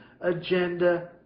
agenda